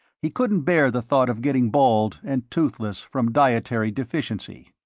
he couldn't bear the thought of getting bald and toothless from dietary deficiency.